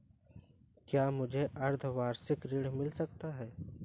क्या मुझे अर्धवार्षिक ऋण मिल सकता है?